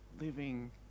living